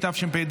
התשפ"ד